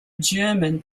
german